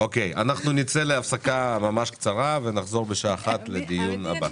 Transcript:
נצא להפסקה ממש קצרה ונחזור לדיון הבא.